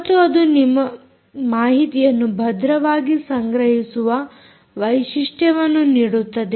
ಮತ್ತು ಅದು ನಿಮ್ಮ ಮಾಹಿತಿಯನ್ನು ಭದ್ರವಾಗಿ ಸಂಗ್ರಹಿಸುವ ವೈಶಿಷ್ಟ್ಯವನ್ನು ನೀಡುತ್ತದೆ